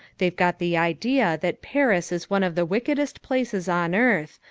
they've got the idea that paris is one of the wickedest places on earth,